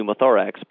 pneumothorax